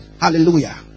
Hallelujah